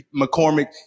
McCormick